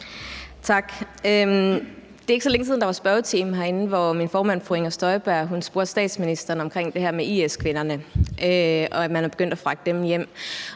Tak. Det er ikke så længe siden, der var spørgetime herinde, hvor min formand, fru Inger Støjberg, spurgte statsministeren om det her med IS-kvinderne og om, at man er begyndt at fragte dem hjem,